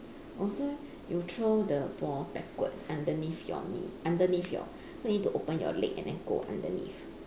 oh so you throw the ball backwards underneath your knee underneath your so you need to open your leg and then go underneath